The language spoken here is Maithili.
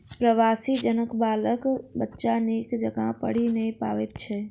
प्रवासी जनक बाल बच्चा नीक जकाँ पढ़ि नै पबैत छै